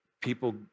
people